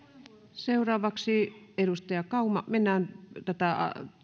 seuraavaksi edustaja kauma mennään tätä